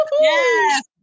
Yes